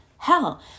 Hell